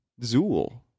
Zool